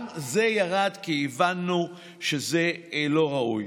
גם זה ירד, כי הבנו שזה לא ראוי.